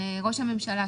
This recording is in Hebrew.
ראש הממשלה,